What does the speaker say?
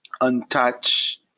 untouched